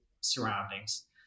surroundings